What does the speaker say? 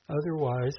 otherwise